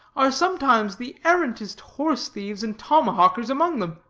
are sometimes the arrantest horse-thieves and tomahawkers among them.